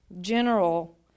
general